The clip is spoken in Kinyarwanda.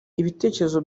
ibitekerezo